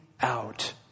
out